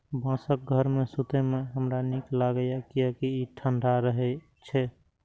बांसक घर मे सुतै मे हमरा नीक लागैए, कियैकि ई ठंढा रहै छै